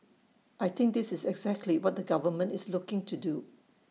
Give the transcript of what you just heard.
I think this is exactly what the government is looking to do